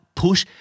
push